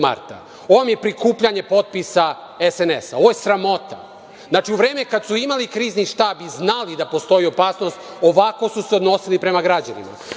Ovo vam je prikupljanje potpisa SNS. Ovo je sramota. Znači, u vreme kada su imali Krizni štab i znali da postoji opasnost, ovako su se odnosili prema građanima.